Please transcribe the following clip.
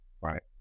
right